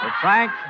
Frank